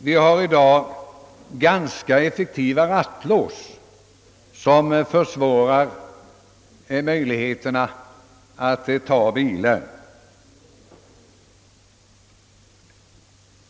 Vi har i dag ganska effektiva rattlås, som försvårar möjligheterna att stjäla bilar.